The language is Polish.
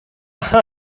cha